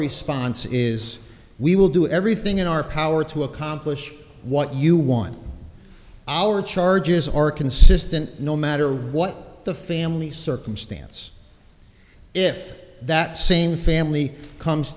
response is we will do everything in our power to accomplish what you want our charges are consistent no matter what the family circumstance if that same family comes